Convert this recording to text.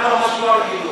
רק לא חשבו על חינוך.